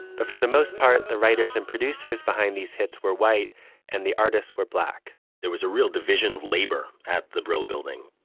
but for the most part, the writers and producers behind these hits were white and the artists were black there was a real division of labor at the brill building,